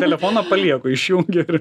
telefoną palieku išjungi ir